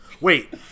Wait